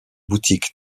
boutiques